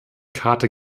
karte